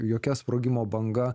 jokia sprogimo banga